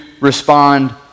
respond